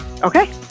Okay